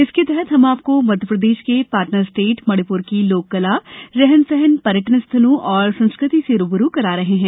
इसके तहत हम आपको मध्यप्रदेश के पार्टनर स्टेट मणिपुर की लोककला रहन सहन पर्यटन स्थलों और संस्कृति से रू ब रू करा रहे हैं